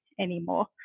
anymore